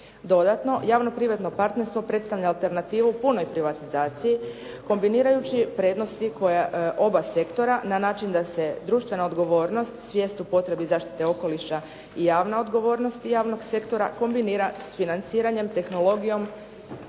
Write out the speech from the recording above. Dodatno, javno-privatno partnerstvo predstavlja alternativu punoj privatizaciji kombinirajući prednosti oba sektora na način da se društvena odgovornost, svijest u potrebi zaštite okoliša i javna odgovornost javnog sektora kombinira s financiranjem, tehnologijom,